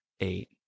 Eight